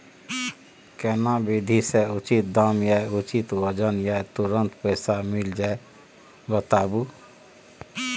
केना विधी से उचित दाम आ उचित वजन आ तुरंत पैसा मिल जाय बताबू?